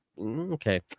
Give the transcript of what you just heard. Okay